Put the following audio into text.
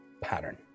pattern